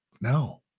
No